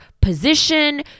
position